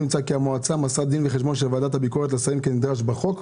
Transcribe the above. ש"לא נמצא כי המועצה מסרה דין וחשבון של ועדת הביקורת לשרים כנדרש בחוק,